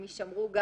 הם יישמרו.